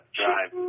drive